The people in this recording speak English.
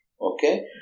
Okay